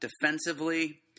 defensively